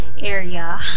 area